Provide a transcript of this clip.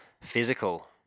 physical